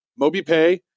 mobipay